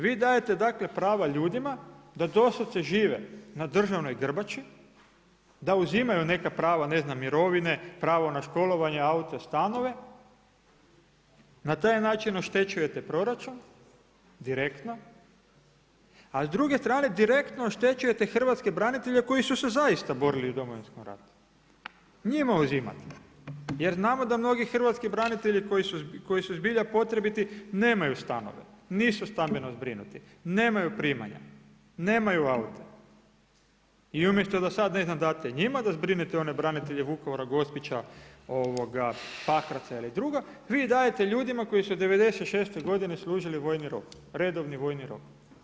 Vi daje prava ljudima da doslovce žive na državnoj grbači, da uzimaju neka prava mirovine, pravo na školovanje, auto, stanove, na taj način oštećujete proračun direktno, a s druge strane direktno oštećujete hrvatske branitelje koji su se zaista borili u Domovinskom ratu, njima uzimate jer znamo da mnogi hrvatski branitelji koji su zbilja potrebiti nemaju stanove, nisu stambeno zbrinuti, nemaju primanja, nemaju aute i umjesto da sada ne znam date njima da zbrinete one branitelje Vukovara, Gospića, Pakraca ili druga vi dajete ljudima koji su '96. godine služili redovni vojni rok.